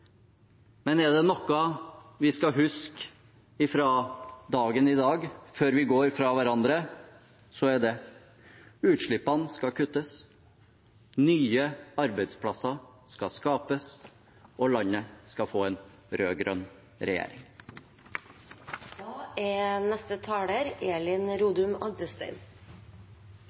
men er det noe vi skal huske fra dagen i dag, før vi går fra hverandre, så er det: Utslippene skal kuttes, nye arbeidsplasser skal skapes, og landet skal få en rød-grønn regjering. For Høyre er